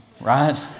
right